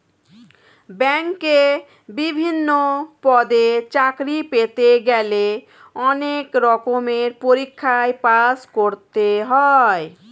ব্যাংকে বিভিন্ন পদে চাকরি পেতে গেলে অনেক রকমের পরীক্ষায় পাশ করতে হয়